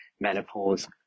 menopause